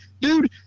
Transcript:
dude